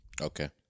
Okay